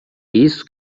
isso